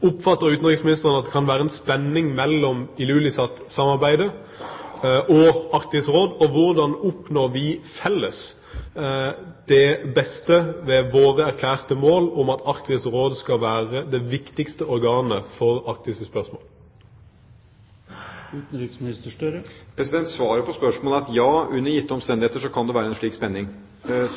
Oppfatter utenriksministeren at det kan være en spenning mellom Ilulissat-samarbeidet og Arktisk Råd? Hvordan oppnår vi felles det beste ved våre erklærte mål om at Arktisk Råd skal være det viktigste organet for arktiske spørsmål? Svaret på spørsmålet er: Ja, under gitte omstendigheter kan det være en slik spenning.